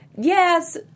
Yes